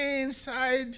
inside